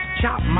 chop